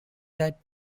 that